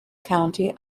county